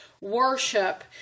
worship